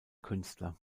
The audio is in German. künstler